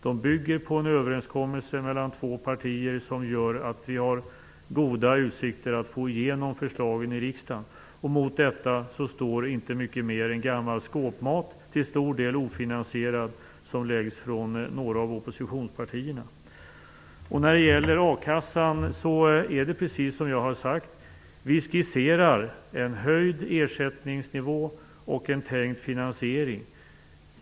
De bygger på en överenskommelse mellan två partier, vilket gör att vi har goda utsikter att få igenom förslagen i riksdagen. Mot detta står inte mycket mer än gammal skåpmat, till stor del ofinansierad, som läggs fram från några av oppositionspartierna. När det gäller a-kassan är det precis som jag har sagt. Vi skisserar en höjd ersättningsnivå och en tänkt finansiering.